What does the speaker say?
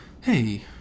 Hey